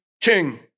king